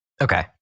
Okay